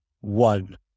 one